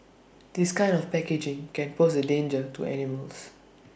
this kind of packaging can pose A danger to animals